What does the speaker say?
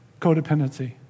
codependency